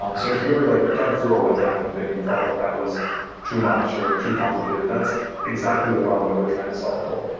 um so if you've ever like dug through a webpack config and felt like that was too much or too complicated, that's exactly the problem that we're trying to solve for.